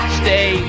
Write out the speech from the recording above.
stay